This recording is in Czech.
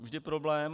Vždy problém.